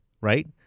right